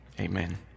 Amen